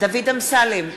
דוד אמסלם,